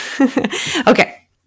Okay